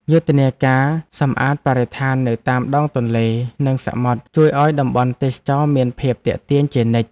យុទ្ធនាការសម្អាតបរិស្ថាននៅតាមដងទន្លេ និងសមុទ្រជួយឱ្យតំបន់ទេសចរណ៍មានភាពទាក់ទាញជានិច្ច។